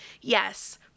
Yes